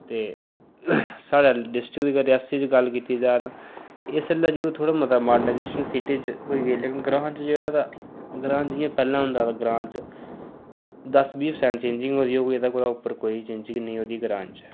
ते साढ़ा डिस्ट्रिक अगर रियासी दी गल्ल कीती जा तां इसलै जरूर थोह्ड़ा बहुता जरूर मॉर्डनाईजेशन सिटी बिच जरूर होई गेदा ऐ ते ग्रांऽ च जेह्ड़ा तां ग्रांऽ जि'यां पैह्लें होंदा ग्रांऽ बिच दस बीह परसैंट चेंजिंग होई दी होगी ते कुतै पर कोई चेंजिंग निं होई दी ग्रां च